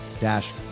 dash